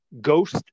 Ghost